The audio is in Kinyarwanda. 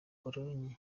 pologne